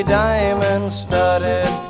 diamond-studded